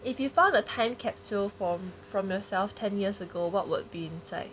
if you found a time capsule form from yourself ten years ago what would be inside